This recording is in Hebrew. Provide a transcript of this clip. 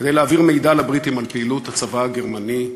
כדי להעביר מידע לבריטים על פעילות הצבא הגרמני,